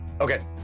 Okay